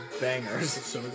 Bangers